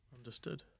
understood